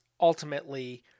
ultimately